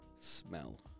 Smell